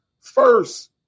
first